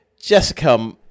Jessica